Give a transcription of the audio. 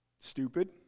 Stupid